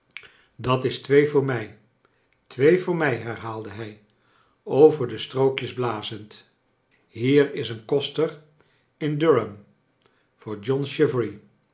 dat is twee voor mij twee voor mij herhaalde hij over de strookjes blazend hier is een koster in durham voor john